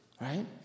right